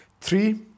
Three